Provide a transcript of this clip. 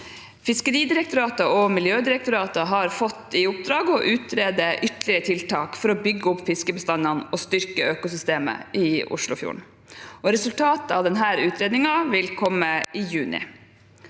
Fiskeridirektoratet og Miljødirektoratet har fått i oppdrag å utrede ytterliggere tiltak for å bygge opp fiskebestandene og styrke økosystemet i Oslofjorden. Resultatet av denne utredningen vil komme i juni.